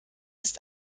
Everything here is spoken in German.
ist